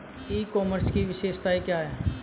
ई commerce की विशेषताएं क्या हैं?